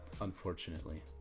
unfortunately